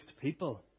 people